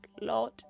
lord